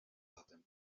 zatem